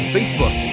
Facebook